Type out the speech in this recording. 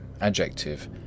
Adjective